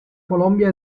colombia